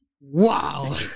Wow